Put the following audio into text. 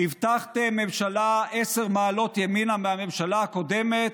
הבטחתם ממשלה 10 מעלות ימינה מהממשלה הקודמת,